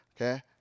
Okay